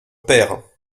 père